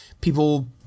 People